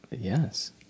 yes